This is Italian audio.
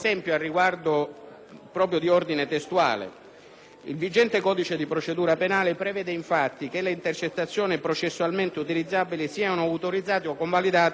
Il vigente codice di procedura penale prevede che le intercettazioni processualmente utilizzabili siano autorizzate (o convalidate) dal giudice per le indagini preliminari in via ordinaria,